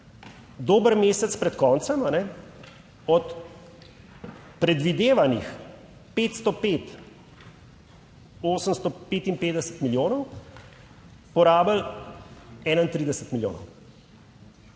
dober mesec pred koncem od predvidevanih 855 milijonov porabili 31 milijonov.